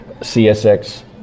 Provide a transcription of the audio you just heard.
csx